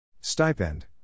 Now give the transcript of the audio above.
Stipend